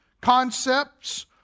concepts